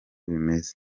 bimeze